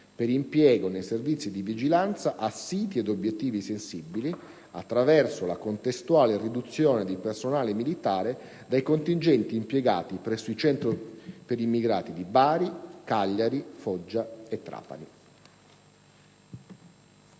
per l'impiego nei servizi di vigilanza a siti e ad obiettivi sensibili, attraverso la contestuale riduzione di personale militare dai contingenti impiegati presso i centri per immigrati di Bari, Cagliari, Foggia e Trapani.